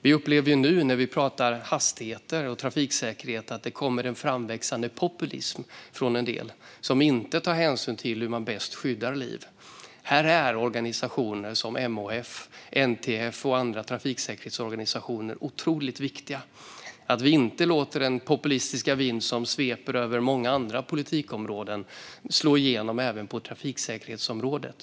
Vi upplever nu när vi pratar hastigheter och trafiksäkerhet att det kommer en framväxande populism från en del som inte tar hänsyn till hur man bäst skyddar liv. Här är organisationer som MHF, NTF och andra trafiksäkerhetsorganisationer otroligt viktiga. Vi får inte låta den populistiska vind som sveper över många andra politikområden slå igenom även på trafiksäkerhetsområdet.